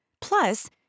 Plus